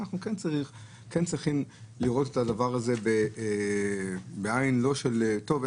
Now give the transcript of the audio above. אנחנו לא צריכים לראות את הדבר הזה בעין של "טוב,